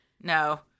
no